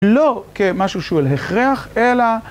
לא כמשהו שהוא ההכרח, אלא...